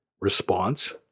Response